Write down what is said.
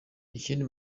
ikindi